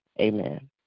Amen